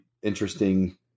Interesting